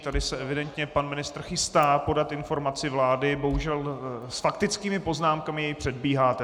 Tady se evidentně pan ministr chystá podat informaci vlády, bohužel s faktickými poznámkami jej předbíháte.